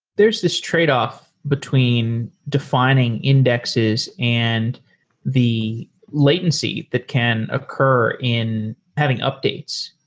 there's this tradeoff between defining indexes and the latency that can occur in having updates.